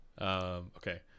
Okay